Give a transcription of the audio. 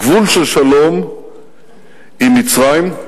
גבול של שלום עם מצרים,